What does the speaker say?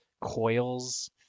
coils